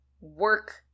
work